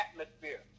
atmosphere